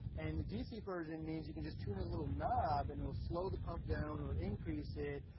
and the dc versions means you can just tune a little knob and it'll slow the pump down or increase it,